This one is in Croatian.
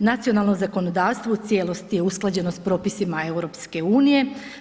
Nacionalno zakonodavstvo u cijelosti je usklađeno s propisima EU,